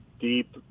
deep